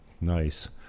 Nice